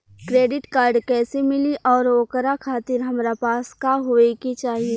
Credit card कैसे मिली और ओकरा खातिर हमरा पास का होए के चाहि?